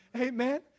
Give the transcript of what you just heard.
amen